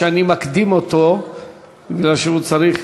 שאני מקדים אותו כי הוא צריך